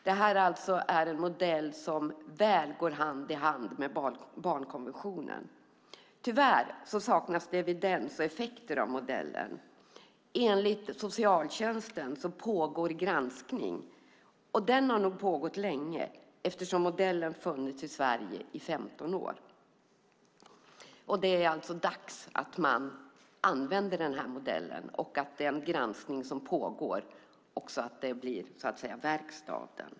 Detta är alltså en modell som går väl hand i hand med barnkonventionen. Tyvärr saknas evidens och effekter av modellen. Enligt socialtjänsten pågår granskning, och den har nog pågått länge eftersom modellen har funnits i Sverige i 15 år. Det är alltså dags att man använder denna modell och att det också blir så att verkstad av den granskning som pågår.